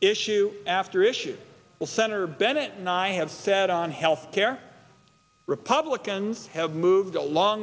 issue after issue will senator bennett and i have said on health care republicans have moved a long